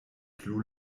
plu